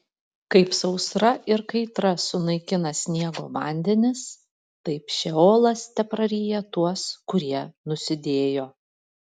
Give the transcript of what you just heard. kaip sausra ir kaitra sunaikina sniego vandenis taip šeolas tepraryja tuos kurie nusidėjo